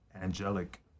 angelic